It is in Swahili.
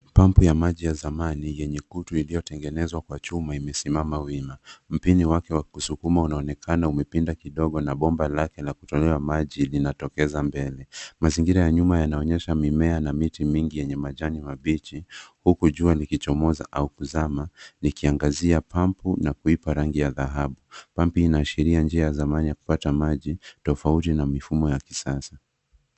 Pampu ya maji ya zamani yenye kutu iliyotengenezwa kwa chuma imesimama wima. Mpini wake wa kuskuma unaonekana umepinda kidogo na bomba lake la kutolewa maji linatokeza mbele. Mazingira ya nyuma yanaonyesha mimea na miti mingi yenye majani mabichi huku jua likichomoza au kuzama likiangazia pampu na kuipa rangi ya dhahabu. Pampu inaashiria njia ya zamani ya kupata maji tofauti na mifumo ya kisasa.